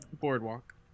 boardwalk